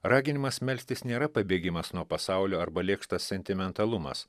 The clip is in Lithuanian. raginimas melstis nėra pabėgimas nuo pasaulio arba lėkštas sentimentalumas